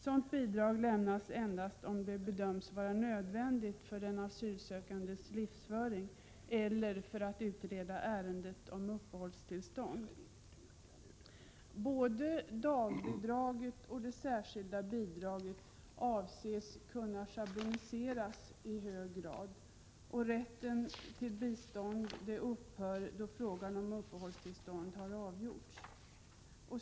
Sådant bidrag lämnas endast om det bedöms vara nödvändigt för den asylsökandes livsföring eller för att utreda ärendet om uppehållstillstånd. Både dagbidraget och det särskilda bidraget avses kunna schabloniseras i hög grad. Rätten till bistånd upphör då frågan om uppehållstillstånd slutligt har avgjorts.